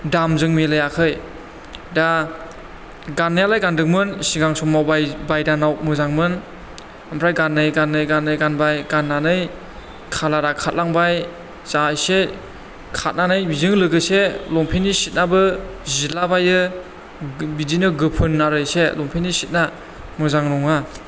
दामजों मिलायाखै दा गाननायालाय गान्दोंमोन सिगां समाव बायदानाव मोजांमोन ओमफ्राय गानै गानै गानबाय गाननानै खालारा खारलांबाय जा इसे खारनानै बिजों लोगोसे लंफेननि सियाबो जिलाबायो बिदिनो गोफोन आरो इसे लंफेननि सिया मोजां नङा